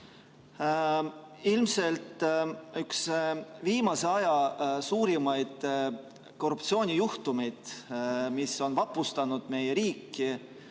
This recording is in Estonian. Ilmselt üks viimase aja suurimaid korruptsioonijuhtumeid, mis vapustas meie riiki